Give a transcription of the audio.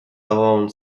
alone